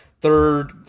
third